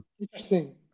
interesting